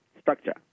structure